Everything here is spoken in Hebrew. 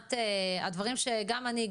מבחינת הדברים שגם אני,